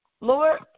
Lord